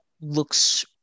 looks